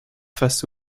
face